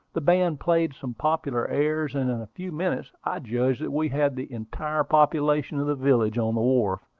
the band played some popular airs, and in a few minutes i judged that we had the entire population of the village on the wharf.